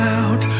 out